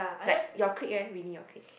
like you clique leh Winnie your clique